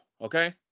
okay